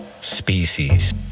species